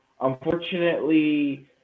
Unfortunately